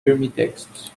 texts